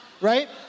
right